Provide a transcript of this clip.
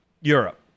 Europe